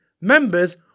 members